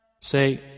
Say